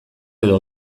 edo